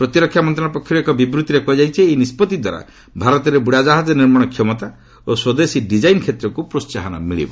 ପ୍ରତିରକ୍ଷା ମନ୍ତ୍ରଣାଳୟ ପକ୍ଷରୁ ଏକ ବିବୃତ୍ତିରେ କୁହାଯାଇଛି ଏହି ନିଷ୍ପଭିଦ୍ୱାରା ଭାରତରେ ବୁଡ଼ାଜାହାଜ ନିର୍ମାଣ କ୍ଷମତା ଓ ସ୍ୱଦେଶୀ ଡିଜାଇନ୍ କ୍ଷେତ୍ରକୁ ପ୍ରୋସାହନ ମିଳିବ